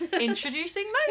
introducing